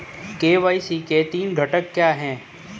KYC के तीन घटक क्या हैं?